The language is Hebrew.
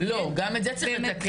לא, גם את זה צריך לתקן.